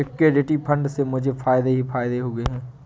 equity fund से मुझे फ़ायदे ही फ़ायदे हुए हैं